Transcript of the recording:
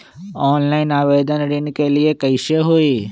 Online आवेदन ऋन के लिए कैसे हुई?